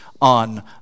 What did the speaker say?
on